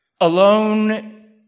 alone